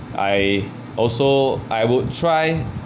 I also I would try